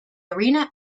arena